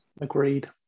agreed